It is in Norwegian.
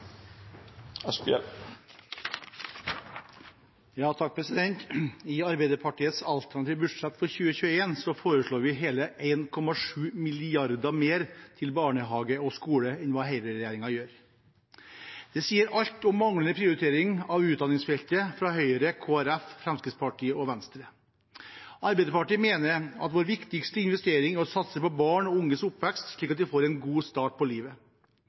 I Arbeiderpartiets alternative budsjett for 2021 foreslår vi hele 1,7 mrd. kr mer til barnehage og skole enn det hele regjeringen gjør. Det sier alt om manglende prioritering av utdanningsfeltet fra Høyre, Kristelig Folkeparti, Fremskrittspartiet og Venstre. Arbeiderpartiet mener at vår viktigste investering er å satse på barn og unges oppvekst slik at de får en god start på livet.